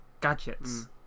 gadgets